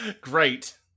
great